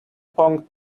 pong